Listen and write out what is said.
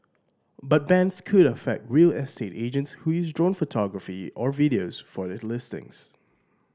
but bans could affect real estate agents who use drone photography or videos for listings